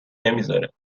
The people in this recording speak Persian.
نمیذاره